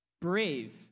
Brave